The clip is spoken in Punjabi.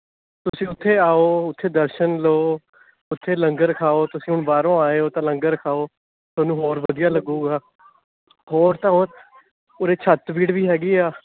ਤੁਸੀਂ ਉੱਥੇ ਆਉ ਉੱਥੇ ਦਰਸ਼ਨ ਲਉ ਉੱਥੇ ਲੰਗਰ ਖਾਉ ਤੁਸੀਂ ਹੁਣ ਬਾਹਰੋਂ ਆਏ ਹੋ ਤਾਂ ਲੰਗਰ ਖਾਉ ਤੁਹਾਨੂੰ ਹੋਰ ਵਧੀਆ ਲੱਗੇਗਾ ਹੋਰ ਤਾਂ ਹੋਰ ਉਰੇ ਛੱਤਬੀੜ ਵੀ ਹੈਗੀ ਹੈ